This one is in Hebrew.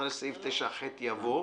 אחרי סעיף 9ח יבוא: